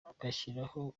bashyiraho